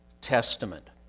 Testament